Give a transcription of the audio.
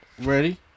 ready